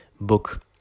book